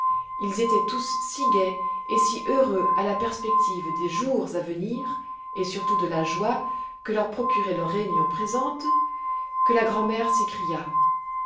ils étaient tous si gais et si heureux à la perspective des jours à venir et surtout de la joie que leur procurait leur réunion présente que la grand'mère s'écria